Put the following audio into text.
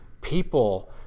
people